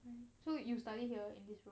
so you study here in this room